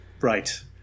Right